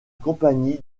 compagnie